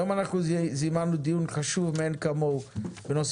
היום זימנו דיון חשוב מאין כמוהו בנושא